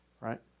right